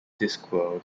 discworld